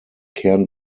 kern